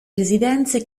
residenze